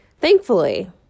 Thankfully